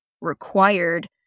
required